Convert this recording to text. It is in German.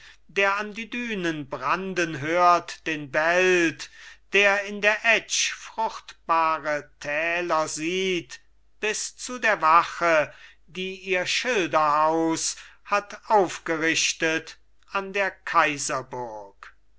der an die dünen branden hört den belt der in der etsch fruchtbare täler sieht bis zu der wache die ihr schilderhaus hat aufgerichtet an der kaiserburg